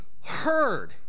heard